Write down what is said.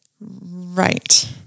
Right